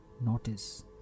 notice